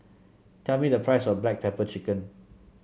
tell me the price of Black Pepper Chicken